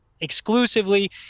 exclusively